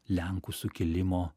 lenkų sukilimo